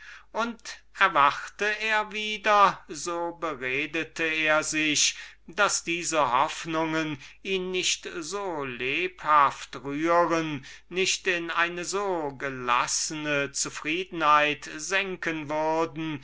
und wenn sie vorbei waren beredete er sich daß diese hoffnungen ihn nicht so lebhaft rühren nicht in eine so gelassene zufriedenheit senken würden